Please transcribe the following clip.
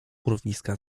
urwiska